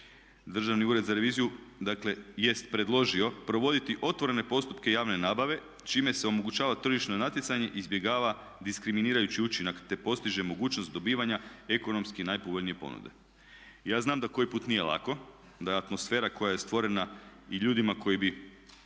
Državni ured za reviziju dakle jest predložio provoditi otvorene postupke javne nabave čime se omogućava tržišno natjecanje i izbjegava diskriminirajući učinak te postiže mogućnost dobivanja ekonomski najpovoljnije ponude. Ja znam da koji put nije lako, da je atmosfera koja je stvorena i ljudima koje ne